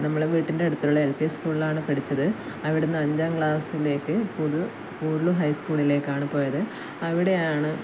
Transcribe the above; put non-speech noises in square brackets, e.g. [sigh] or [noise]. നമ്മളുടെ വീടിൻ്റെ അടുത്തുള്ള എൽ പി സ്കൂളിലാണ് പഠിച്ചത് അവിടുന്ന് അഞ്ചാം ക്ലാസിലേക്ക് പുതിയ [unintelligible] ഹൈസ്കൂളിലേക്കാണ് പോയത് അവിടെയാണ്